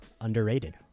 underrated